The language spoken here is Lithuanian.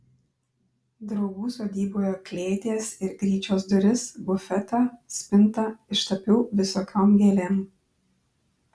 draugų sodyboje klėties ir gryčios duris bufetą spintą ištapiau visokiom gėlėm